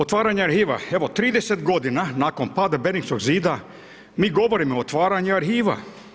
Otvaranje arhiva, evo 30 g. nakon pada Berlinskog zida mi govorimo o otvaraju arhiva.